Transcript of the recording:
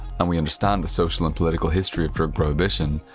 and we understand the social and political history of drug prohibition,